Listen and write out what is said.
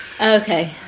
Okay